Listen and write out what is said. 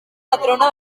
patrona